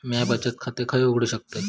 म्या बचत खाते खय उघडू शकतय?